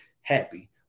happy